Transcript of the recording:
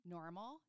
normal